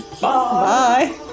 Bye